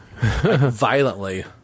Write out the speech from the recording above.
Violently